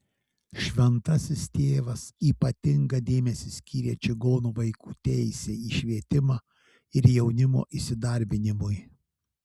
šventasis tėvas ypatingą dėmesį skyrė čigonų vaikų teisei į švietimą ir jaunimo įsidarbinimui